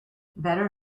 better